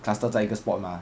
cluster 在一个 spot mah